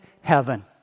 heaven